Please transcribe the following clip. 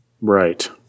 Right